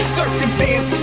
circumstance